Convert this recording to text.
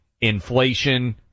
Inflation